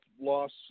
loss